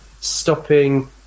stopping